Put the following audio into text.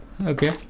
Okay